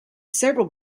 several